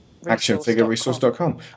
actionfigureresource.com